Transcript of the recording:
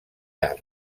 art